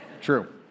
True